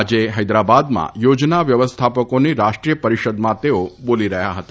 આજે હૈદરાબાદમાં થાજના વ્યવસ્થાપકાની રાષ્ટ્રીય પરિષદમાં તેઓ બાલી રહ્યા હતા